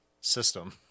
system